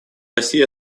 россия